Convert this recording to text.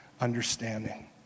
understanding